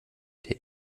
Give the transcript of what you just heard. der